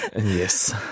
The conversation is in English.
Yes